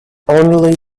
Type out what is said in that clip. only